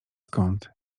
skąd